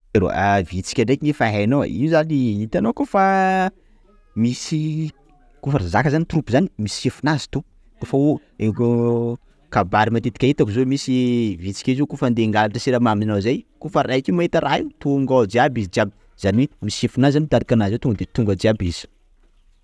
Ah vitsika ndraiky anie fa hainao ai, io zany hitanao koafa misy raha zaka troupes zany misy chefonazy to, koafa oo io oko kabaro matetika hitako zio misy vitsika io, zio koafa andeha angalatra siramamy nao zay, koafa raika io mahita raha io, tonga ao jiaby izy jiaby, zany hoe misy chefonazy mitarika nazy ao tonga de tonga ao jiaby izy.